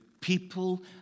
people